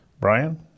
Brian